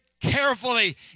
Carefully